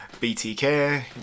BTK